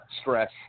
stress